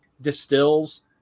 distills